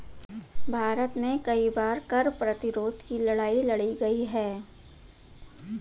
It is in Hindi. भारत में कई बार कर प्रतिरोध की लड़ाई लड़ी गई है